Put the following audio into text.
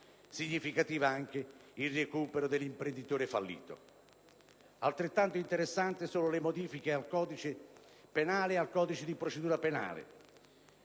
Significativo è anche il recupero dell'imprenditore fallito e altrettanto interessanti sono le modifiche al codice penale e al codice di procedura penale,